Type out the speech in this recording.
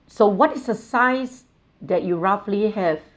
so what is the size that you roughly have